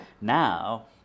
Now